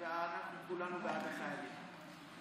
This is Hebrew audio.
כולנו בעד החיילים,